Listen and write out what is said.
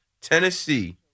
Tennessee